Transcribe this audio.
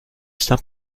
saint